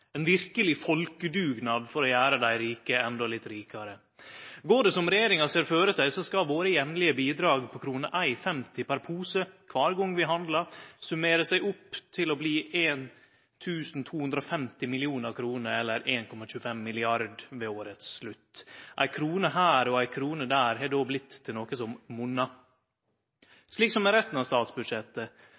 ein verkeleg folkedugnad for å gjere dei rike enda litt rikare. Går det som regjeringa ser føre seg, skal våre jamlege bidrag på kr 1,50 per pose kvar gong vi handlar, gjere at summen blir 1 250 000 000 kr, eller 1,25 mrd. kr, ved slutten av året. Ei krone her og ei krone der har då blitt til noko som monnar, slik som med resten av statsbudsjettet: